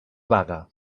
vaga